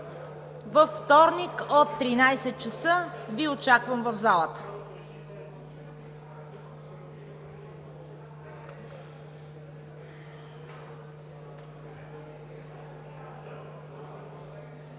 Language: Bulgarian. Във вторник от 13,00 ч. Ви очаквам в залата.